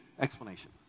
explanation